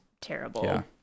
terrible